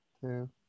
Two